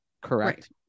correct